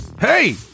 Hey